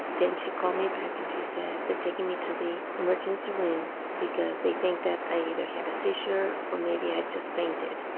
then she called me back and she said they are taking me to the emergency room because they think that i either had a seizure or maybe i just fainted.